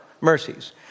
mercies